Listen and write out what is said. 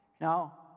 Now